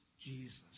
Jesus